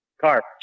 Carp